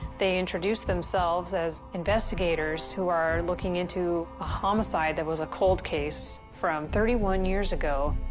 they introduced themselves as investigators who are looking into a homicide that was a cold case from thirty one years ago.